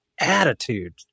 attitude